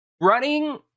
running